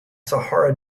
sahara